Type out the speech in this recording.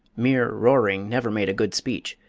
mere roaring never made a good speech,